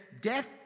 death